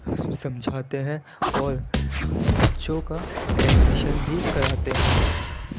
سمجھاتے ہیں اور بچوں کا ایڈمیشن بھی کراتے ہیں